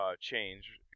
change